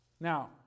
Now